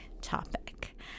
topic